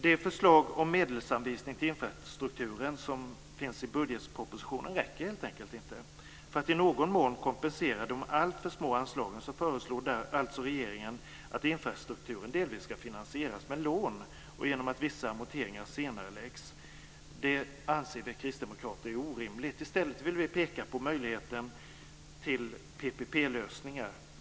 De förslag till medelsanvisningar till infrastrukturen som finns i budgetpropositionen räcker helt enkelt inte. För att i någon mån kompensera de alltför små anslagen föreslår alltså regeringen att infrastrukturen delvis ska finansieras med lån och genom att vissa amorteringar senareläggs. Det anser vi kristdemokrater är orimligt. I stället vill vi peka på möjligheten till PPP-lösningar.